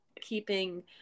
keeping